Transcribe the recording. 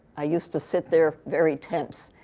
i used to sit there very tense.